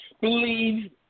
believe